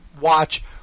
watch